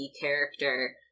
character